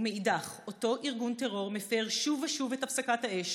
ומאידך גיסא אותו ארגון טרור מפר שוב ושוב את הפסקת האש